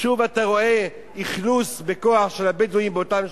שוב אתה רואה אכלוס בכוח של הבדואים באותם שטחים.